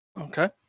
Okay